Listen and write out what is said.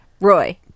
Roy